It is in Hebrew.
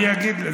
אני אגיד לך.